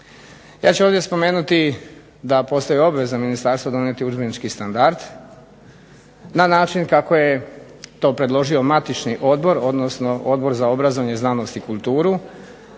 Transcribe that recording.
Ja ću ovdje spomenuti da postoji obveza Ministarstva donijeti udžbenički standard na način kako je to predložio matični Odbor odnosno Odbor za obrazovanje, znanost i kulturu